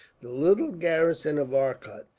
the little garrison of arcot,